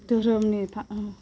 धोरोमनि